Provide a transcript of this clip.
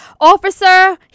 officer